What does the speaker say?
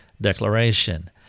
declaration